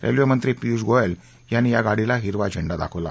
रेल्वेमंत्री पियुष गोयल यांनी या गाडीला हिरवा झेंडा दाखवला